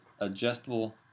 adjustable